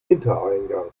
hintereingang